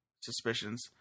suspicions